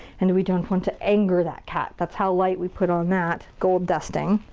and we don't want to anger that cat. that's how light we put on that gold dusting.